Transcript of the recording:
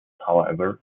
however